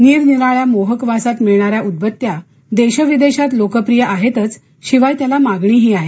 निरनिराळ्या मोहक वासात मिळणाऱ्या उदबत्त्या देश विदेशात लोकप्रिय आहेतचं शिवाय त्याला मागणीही आहे